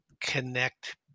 connect